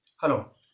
Hallo